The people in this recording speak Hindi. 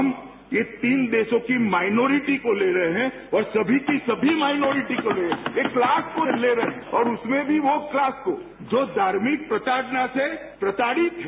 हम एक तीन देशों की माइनॉरटी को ले रहे हैं और सभी की सभी माइनॉरटी को ले रहे हैं एक क्लास को ले रहे हैं और उसमें भी वो क्लास को जो धार्मिक प्रताडना से प्रताडित है